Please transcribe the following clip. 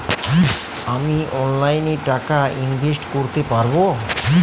আমি অনলাইনে টাকা ইনভেস্ট করতে পারবো?